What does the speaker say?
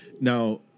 Now